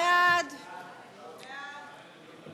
ההסתייגות לחלופין של קבוצת סיעת יש עתיד,